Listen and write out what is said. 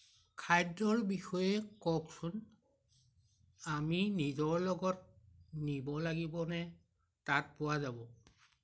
খাদ্যৰ বিষয়ে কওকচোন আমি নিজৰ লগত নিব লাগিবনে তাত পোৱা যাব